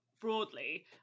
broadly